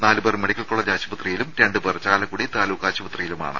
നാലു പേർ medical college ആശുപത്രിയിലും രണ്ടുപേർ ചാലക്കുടി താലൂക്ക് ആശുപത്രിയിലുമാണ്